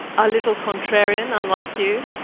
a little contrarian, unlike you,